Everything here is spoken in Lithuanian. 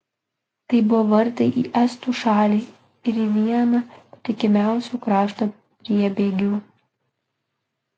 tai buvo vartai į estų šalį ir viena patikimiausių krašto priebėgų